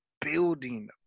building